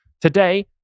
Today